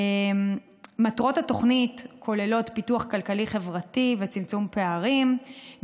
מטרות התוכנית כוללות פיתוח כלכלי-חברתי וצמצום פערים,